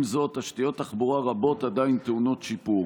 עם זאת, תשתיות תחבורה רבות עדיין טעונות שיפור.